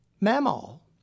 Mammal